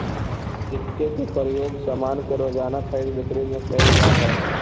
सिक्का के प्रयोग सामान के रोज़ाना खरीद बिक्री में कैल जा हई